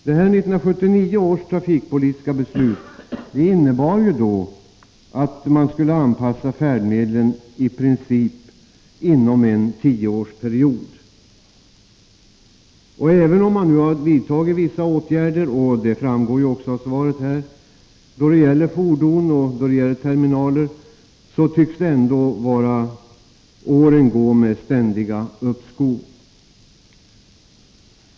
1979 års trafikpolitiska beslut innebar att man i princip inom en tioårsperiod skulle handikappanpassa färdmedlen. Även om man nu, såsom också framgår av svaret, har vidtagit vissa åtgärder då det gäller fordon och terminaler, tycks åren ändå bara rinna bort med ständiga uppskov.